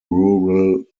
rural